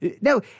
No